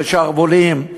ושרוולים.